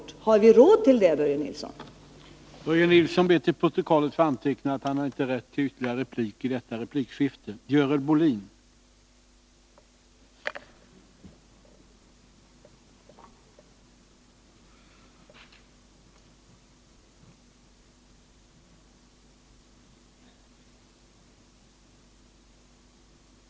Nr 25 Har vi råd till detta, Börje Nilsson? Torsdagen den